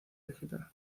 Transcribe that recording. digital